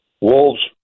wolves